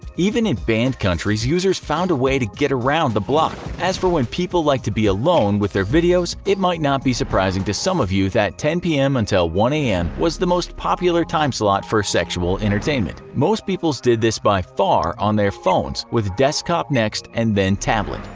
even in banned countries, users found a way to get around the block. as for when people like to be alone with their videos, it might not be surprising to some of you that ten pm until one am was the most popular time-slot for sexual entertainment. most people did this, by far, on their phones, with desktop next and then tablet.